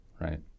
right